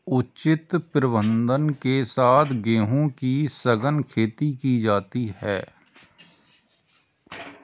उचित प्रबंधन के साथ गेहूं की सघन खेती की जाती है